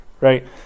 right